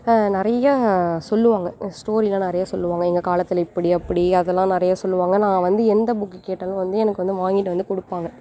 நிறையா சொல்லுவாங்க ஸ்டோரி எல்லாம் நிறையா சொல்லுவாங்க எங்கள் காலத்தில் இப்படி அப்படி அதெலாம் நிறையா சொல்லுவாங்க நான் வந்து எந்த புக்கு கேட்டாலும் வந்து எனக்கு வந்து வாங்கிட்டு வந்து கொடுப்பாங்க